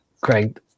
Craig